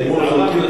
נעלמו לחלוטין?